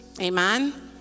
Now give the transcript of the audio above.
amen